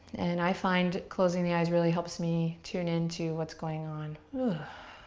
and i find closing the eyes really helps me tune in to what's going on. ah